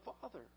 father